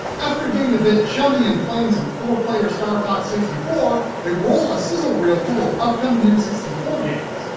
after getting a bit chummy and playing some four player star fox sixty four, they roll a sizzle reel full of upcoming n six four games,